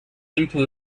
simple